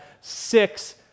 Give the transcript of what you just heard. six